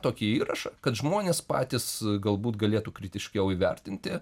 tokį įrašą kad žmonės patys galbūt galėtų kritiškiau įvertinti